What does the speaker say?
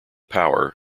power